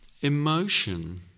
emotion